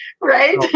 Right